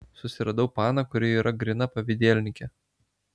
susiradau paną kuri yra gryna pavydelnikė